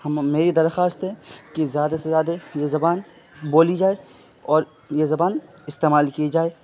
ہم میری درخواست ہے کہ زیادہ سے زیادہ یہ زبان بولی جائے اور یہ زبان استعمال کی جائے